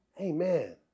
Amen